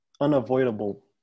unavoidable